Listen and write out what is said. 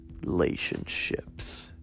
relationships